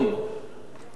גם מבחינה כלכלית,